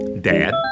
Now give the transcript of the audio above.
Dad